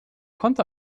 konnte